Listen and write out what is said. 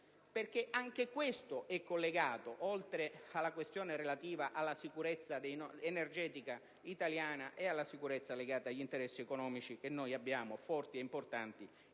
Anche questo è collegato peraltro alla questione relativa alla sicurezza energetica italiana e alla sicurezza degli interessi economici che noi abbiamo, forti e importanti,